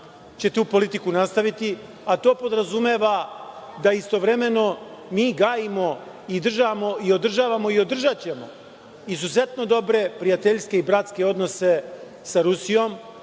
će tu politiku nastaviti, a to podrazumeva da istovremeno mi gajemo, održavamo i održaćemo izuzetno dobre, prijateljske i bratske odnose sa Rusijom,